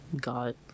got